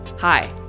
Hi